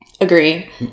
Agree